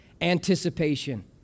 anticipation